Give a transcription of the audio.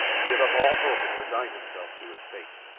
give up all hope and resign himself to his fate.